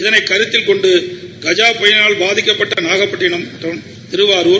இதனைக் கருத்தில் கொண்டு கஜா புயலினால் பாதிக்கப்பட்ட நாகப்பட்டினம் திருவாரூர்